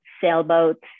sailboats